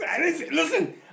Listen